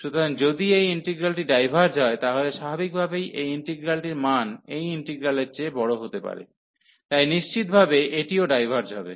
সুতরাং যদি এই ইন্টিগ্রালটি ডাইভার্জ হয় তাহলে স্বাভাবিকভাবেই এই ইন্টিগ্রালটির মান এই ইন্টিগ্রালের চেয়ে বড় হতে পারে তাই নিশ্চিতভাবে এটিও ডাইভার্জ হবে